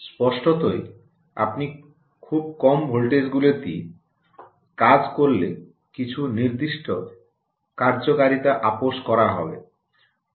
স্পষ্টতই আপনি খুব কম ভোল্টেজগুলিতে কাজ করলে কিছু নির্দিষ্ট কার্যকারিতা আপোস করা হবে